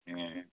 ꯎꯝ